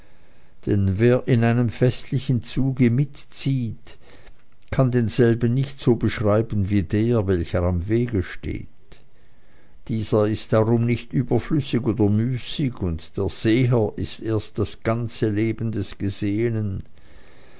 denn wer in einem festlichen zuge mitzieht kann denselben nicht so beschreiben wie der welcher am wege steht dieser ist darum nicht überflüssig oder müßig und der seher ist erst das ganze leben des gesehenen